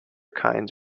kinds